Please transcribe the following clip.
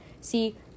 See